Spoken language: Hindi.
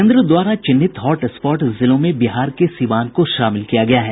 केन्द्र द्वारा चिन्हित हॉट स्पॉट जिलों में बिहार के सीवान को शामिल किया गया है